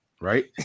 right